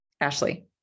Ashley